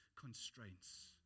constraints